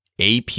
AP